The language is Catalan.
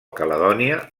caledònia